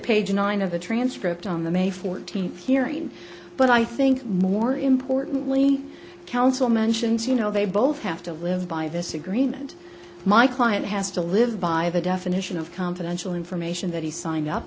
page nine of the transcript on the may fourteenth hearing but i think more importantly counsel mentions you know they both have to live by this agreement my client has to live by the definition of confidential information that he signed up